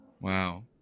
Wow